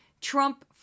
Trump